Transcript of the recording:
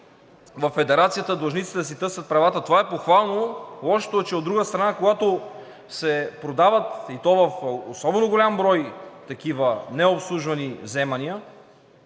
във Федерацията длъжниците да си търсят правата, това е похвално. Лошото е, че, от друга страна, когато се продават, и то особено голям брой такива необслужвани вземания,